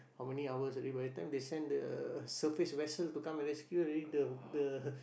how many hours already by the time they sent the surface vessel to come and rescue already the the